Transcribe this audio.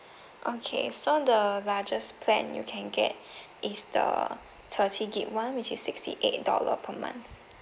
okay so the largest plan you can get is the thirty gig one which is sixty eight dollar per month